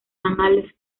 han